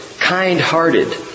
kind-hearted